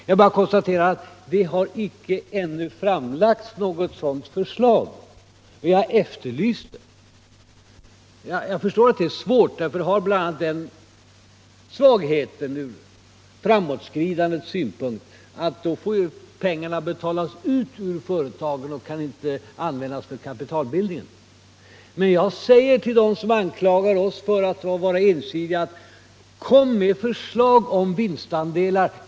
Jag bara konstaterar att det icke har framlagts något sådant förslag. Vi har efterlyst det. Ett sådant system har den svagheten, bl.a. ur framåtskridandets synpunkt, att pengarna måste betalas ut ur företagen och därigenom inte kan användas för kapitalbildningen, men jag säger till dem som anklagar oss för att vara ensidiga, att de bör komma med förslag om vinstandelar.